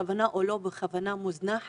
בכוונה או לא בכוונה מוזנחת,